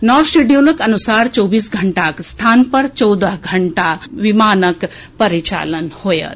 नव शेड्यूलक अनुसार चौबीस घंटाक स्थान पर चौदह घंटा विमानक परिचालन होएत